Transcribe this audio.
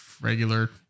regular